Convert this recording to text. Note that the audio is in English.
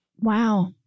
Wow